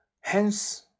Hence